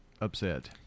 upset